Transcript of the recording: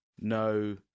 No